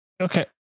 Okay